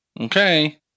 Okay